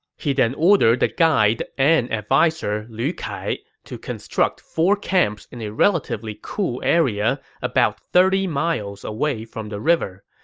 he then ordered the guide and adviser lu kai to construct four camps in a relatively cool area about thirty miles away from the river.